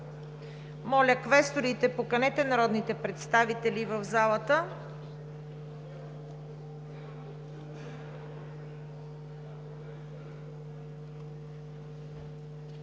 Моля, квесторите, поканете народните представители в залата.